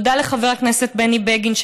תודה לחבר הכנסת בני בגין,